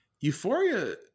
Euphoria